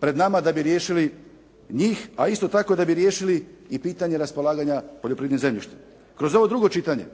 pred nama da bi riješili njih, a isto tako da bi riješili i pitanje raspolaganja poljoprivrednim zemljištem. Kroz ovo drugo čitanje,